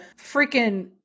freaking